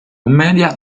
commedia